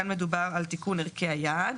כאן מדובר על תיקון ערכי היעד.